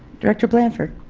director blanford